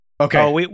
Okay